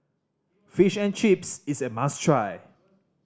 Fish and Chips is a must try